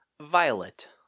Violet